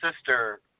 sister